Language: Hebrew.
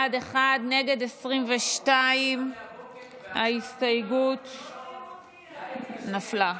בעד, אחד, נגד, 22. ההסתייגות נפלה,